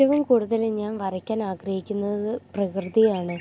ഏറ്റവും കൂടുതലും ഞാൻ വരയ്ക്കാൻ ആഗ്രഹിക്കുന്നത് പ്രകൃതിയാണ്